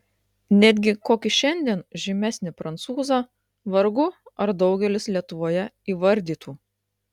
netgi kokį šiandien žymesnį prancūzą vargu ar daugelis lietuvoje įvardytų